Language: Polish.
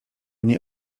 nie